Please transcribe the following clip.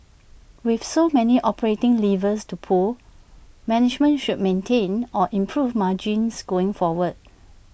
with so many operating levers to pull management should maintain or improve margins going forward